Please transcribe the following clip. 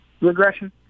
regression